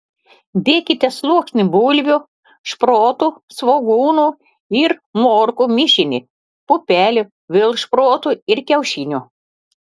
dėkite sluoksnį bulvių šprotų svogūnų ir morkų mišinį pupelių vėl šprotų ir kiaušinių